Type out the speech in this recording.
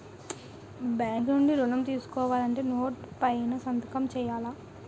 bank నుండి ఋణం తీసుకోవాలంటే నోటు పైన సంతకం సేయాల